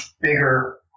bigger